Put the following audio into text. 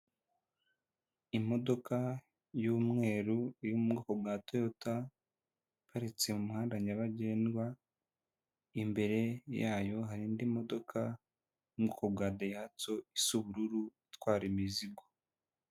Imodoka y'umweru yo mu bwoko bwa Toyota, iparitse mu muhanda nyabagendwa, imbere yayo hari indi modoka yo mu bwoko bwa Dayihatsu isa ubururu itwara imizigo.